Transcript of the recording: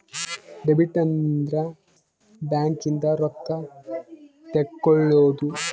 debit ಅಂದ್ರ bank ಇಂದ ರೊಕ್ಕ ತೆಕ್ಕೊಳೊದು